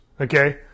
Okay